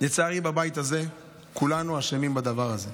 לצערי, בבית הזה כולנו אשמים בדבר הזה,